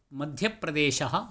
मध्यप्रदेशः